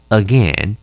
again